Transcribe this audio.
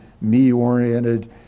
me-oriented